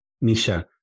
Misha